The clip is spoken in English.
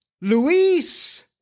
Luis